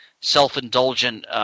self-indulgent